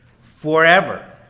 forever